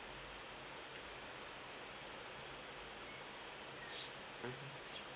mmhmm